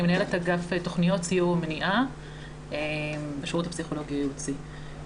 אני מנהלת אגף תוכניות סיוע ומניעה בשירות הפסיכולוגי הייעוצי.